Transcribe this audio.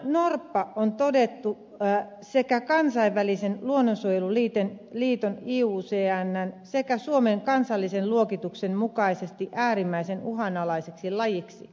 saimaannorppa on todettu sekä kansainvälisen luonnonsuojeluliiton iucnn sekä suomen kansallisen luokituksen mukaisesti äärimmäisen uhanalaiseksi lajiksi